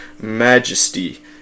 majesty